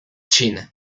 china